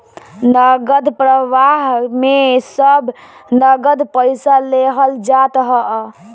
नगद प्रवाह में सब नगद पईसा लेहल जात हअ